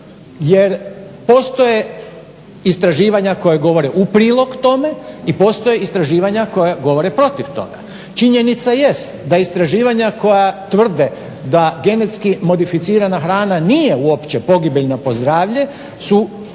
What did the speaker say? jer postoje istraživanja koja govore u prilog k tome i postoje istraživanja koja govore protiv toga. Činjenica jest da istraživanja koja tvrde da GMO-a hrana nije uopće pogibeljna po zdravlje su